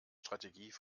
strategie